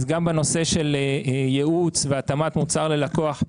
אז גם בנושא של ייעוץ והתאמת מוצר ללקוח,